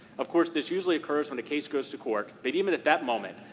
of course, this usually occurs when a case goes to court, but even at that moment,